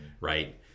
right